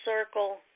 circle